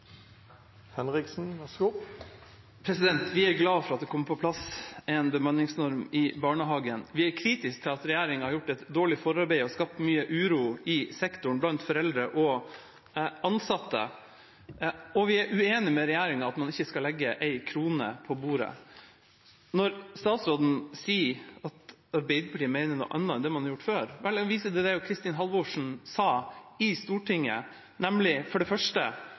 at det kommer på plass en bemanningsnorm i barnehagen. Vi er kritisk til at regjeringa har gjort et dårlig forarbeid og skapt mye uro i sektoren blant foreldre og ansatte. Og vi er uenige med regjeringa om at man ikke skal legge én krone på bordet. Statsråden sier at Arbeiderpartiet mener noe annet enn det man har gjort før. Vel, jeg viser til det Kristin Halvorsen sa i Stortinget, nemlig